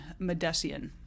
Medesian